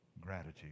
gratitude